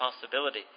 possibility